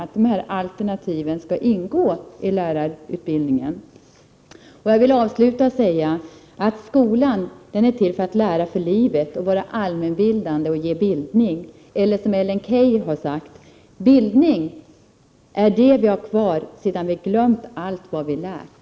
Jag vill avsluta med att säga att skolan är till för att lära för livet, vara allmänbildande och ge bildning. Eller som Ellen Key har sagt: Bildning är det vi har kvar sedan vi glömt allt vad vi lärt.